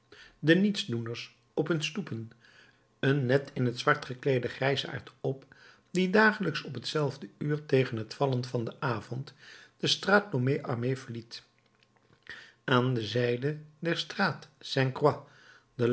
de nietsdoeners op hun stoepen een net in t zwart gekleeden grijsaard op die dagelijks op hetzelfde uur tegen het vallen van den avond de straat de lhomme armé verliet aan de zijde der straat saint croix